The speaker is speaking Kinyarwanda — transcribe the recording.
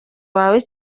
wawe